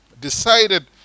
decided